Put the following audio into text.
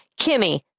Kimmy